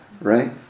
Right